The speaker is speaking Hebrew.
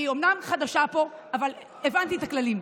אני אומנם חדשה פה, אבל הבנתי את הכללים.